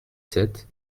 sept